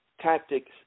tactics